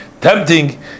tempting